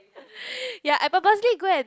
ya I purposely go and